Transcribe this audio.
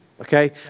okay